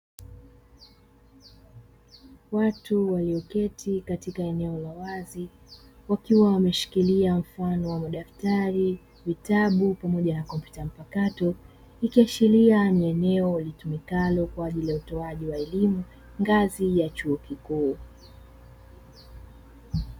Watu walioketi katika eneo la wazi wakiwa wameshikilia mfano wa madaftari, vitabu pamoja na kompyuta mpakato, ikiashiria ni eneo litumikalo kwa ajili ya utoaji wa elimu ngazi ya chuo kikuu.